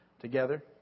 together